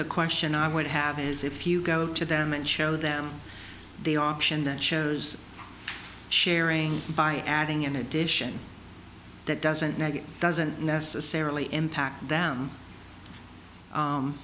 the question i would have is if you go to them and show them the option that shares sharing by adding an addition that doesn't make it doesn't necessarily impact down